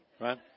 right